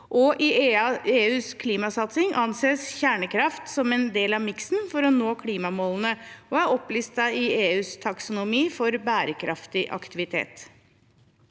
i EUs klimasatsing som en del av miksen for å nå klimamålene, og er opplistet i EUs taksonomi for bærekraftig aktivitet.